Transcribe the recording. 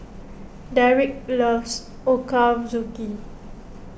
Dereck loves Ochazuke